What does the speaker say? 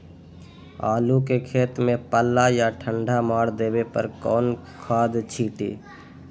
आलू के खेत में पल्ला या ठंडा मार देवे पर कौन खाद छींटी?